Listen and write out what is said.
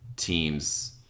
teams